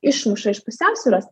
išmuša iš pusiausvyros